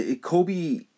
Kobe